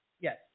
Yes